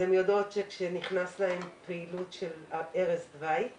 הן יודעות שכאשר נכנסת להן פעילות של ערש דווי והלוויות,